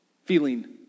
feeling